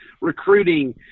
recruiting